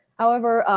however,